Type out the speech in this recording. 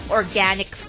organic